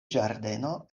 ĝardeno